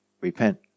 repent